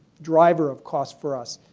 driver of cost for us.